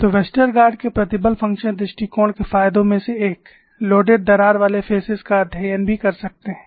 तो वेस्टरगार्ड के प्रतिबल फ़ंक्शन दृष्टिकोण के फायदों में से एक लोडेड दरार वाले फेसेस का अध्ययन भी कर सकते है